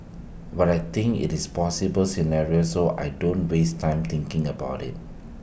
but I think IT is possible scenario so I don't waste time thinking about IT